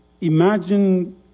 Imagine